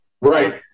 right